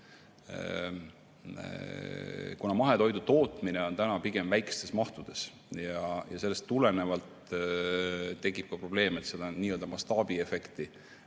kuna mahetoitu toodetakse pigem väikestes mahtudes, siis sellest tulenevalt tekib probleem, et seda nii‑öelda mastaabiefekti